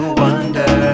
wonder